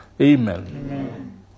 Amen